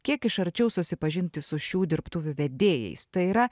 kiek iš arčiau susipažinti su šių dirbtuvių vedėjais tai yra